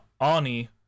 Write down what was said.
ani